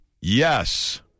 Yes